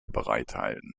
bereithalten